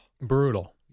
Brutal